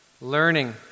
learning